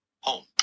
Home